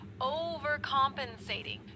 overcompensating